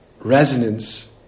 resonance